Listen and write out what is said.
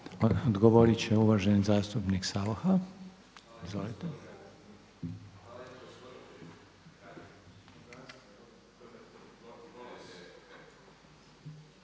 Odgovorit će uvaženi zastupnik Saucha.